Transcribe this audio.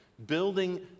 building